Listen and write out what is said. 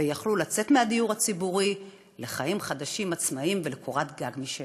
ויכלו לצאת מהדיור הציבורי לחיים חדשים עצמאיים ולקורת גג משלהם.